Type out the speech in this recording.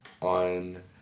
on